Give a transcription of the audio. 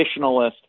traditionalist